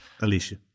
Alicia